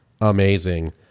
amazing